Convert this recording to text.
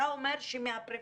אתה אומר שמהפריפריה